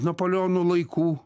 napoleono laikų